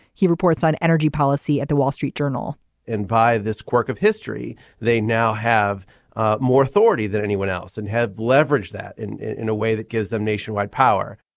he reports on energy policy at the wall street journal and by this quirk of history they now have ah more authority than anyone else and have leverage that in in a way that gives them nationwide power